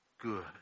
good